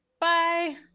Bye